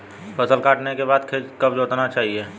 फसल काटने के बाद खेत कब जोतना चाहिये?